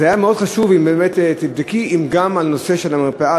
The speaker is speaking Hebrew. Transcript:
זה יהיה מאוד חשוב אם באמת תבדקי אם זה גם על הנושא של המרפאה,